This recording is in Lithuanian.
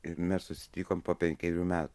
ir mes susitikom po penkerių metų